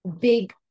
big